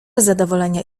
zadowolenia